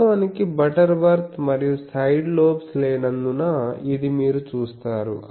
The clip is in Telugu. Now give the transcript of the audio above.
వాస్తవానికి బటర్వర్త్ మరియు సైడ్ లోబ్స్ లేనందున ఇది మీరు చూస్తారు